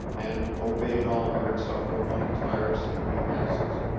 and obeyed all her insufferably tiresome behests.